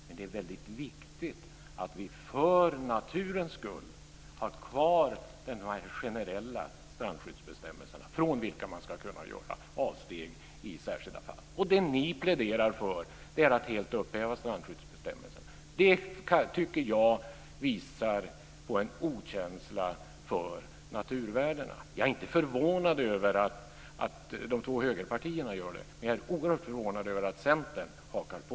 Men det är väldigt viktigt att vi för naturens skull har kvar de generella strandskyddsbestämmelserna - från vilka man ska kunna göra avsteg i särskilda fall. Det ni pläderar för är att helt upphäva strandskyddsbestämmelserna. Jag tycker att det visar på en okänsla för naturvärdena. Jag är inte förvånad över att de två högerpartierna gör det, men jag är oerhört förvånad över att Centern hakar på.